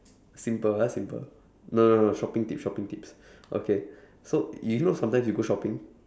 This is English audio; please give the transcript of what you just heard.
simple ah simple no no no shopping tips shopping tips okay so you know sometimes you go shopping